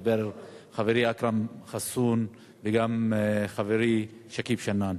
דיבר גם חברי אכרם חסון וגם חברי שכיב שנאן